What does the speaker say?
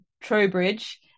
Trowbridge